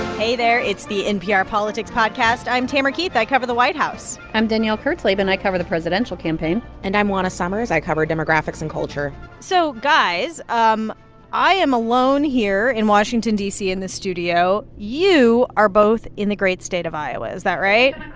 hey there. it's the npr politics podcast. i'm tamara keith. i cover the white house i'm danielle kurtzleben. i cover the presidential campaign and i'm juana summers. i cover demographics and culture so, guys, um i am alone here in washington, d c, in the studio. you are both in the great state of iowa. is that right?